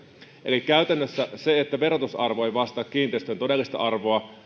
eli käytännössä se että verotusarvo ei vastaa kiinteistön todellista arvoa